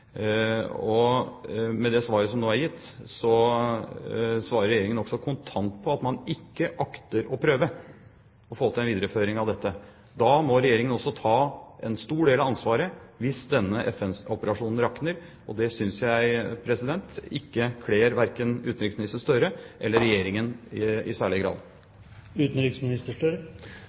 Med det svaret som nå er gitt, sier Regjeringen nokså kontant at man ikke akter å prøve å få til en videreføring av dette. Da må Regjeringen også ta en stor del av ansvaret hvis denne FN-operasjonen rakner. Det synes jeg ikke kler verken utenriksminister Gahr Støre eller Regjeringen i særlig